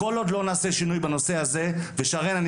כל עוד לא נעשה שינוי בנושא הזה ושרן אני